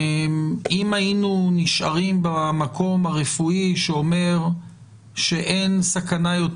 אם היינו נשארים במקום הרפואי שאומר שאין סכנה יותר